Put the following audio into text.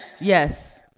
Yes